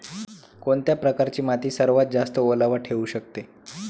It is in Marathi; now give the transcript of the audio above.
कोणत्या प्रकारची माती सर्वात जास्त ओलावा ठेवू शकते?